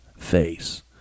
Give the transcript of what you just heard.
face